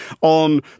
on